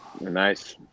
Nice